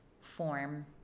form